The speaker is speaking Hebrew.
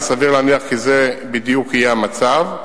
וסביר להניח כי זה בדיוק יהיה המצב,